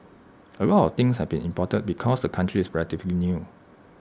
A lot of things have be imported because the country is relatively new